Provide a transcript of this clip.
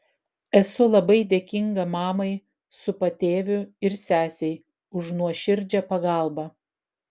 esu labai dėkinga mamai su patėviu ir sesei už nuoširdžią pagalbą